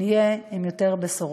נהיה עם יותר בשורות.